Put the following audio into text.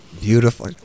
Beautiful